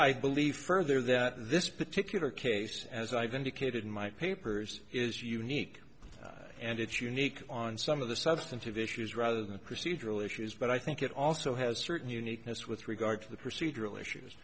i believe further that this particular case as i've indicated in my papers is unique and it's unique on some of the substantive issues rather than procedural issues but i think it also has certain uniqueness with regard to the procedural issues